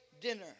dinner